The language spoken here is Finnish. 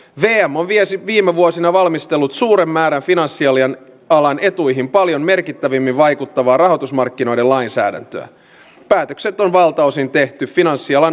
mia malviäsi viime vuosina valmistellut suuren määrän finanssialian alan etuihin poliisien pitää näkyä katukuvassa myös maaseudulla ja pohjois suomessa